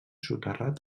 soterrat